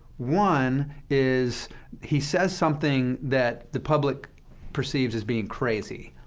one is he says something that the public perceives as being crazy,